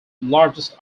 largest